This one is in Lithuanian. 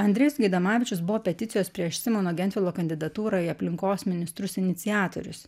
andrejus gaidamavičius buvo peticijos prieš simono gentvilo kandidatūrą į aplinkos ministrus iniciatorius